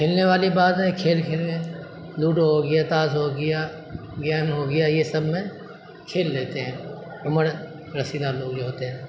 کھیلنے والی بات ہے کھیل کھیل میں لوڈو ہوگیا تاش ہوگیا گیم ہوگیا یہ سب میں کھیل لیتے ہیں عمر رسیدہ لوگ جو ہوتے ہیں